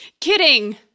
Kidding